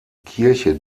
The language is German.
kirche